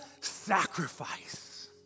sacrifice